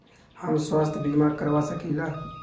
हम स्वास्थ्य बीमा करवा सकी ला?